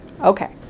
Okay